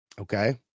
okay